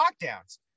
lockdowns